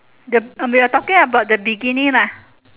the we are talking about the bikini lah